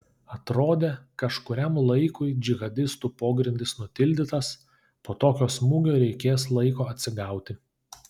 atrodė kažkuriam laikui džihadistų pogrindis nutildytas po tokio smūgio reikės laiko atsigauti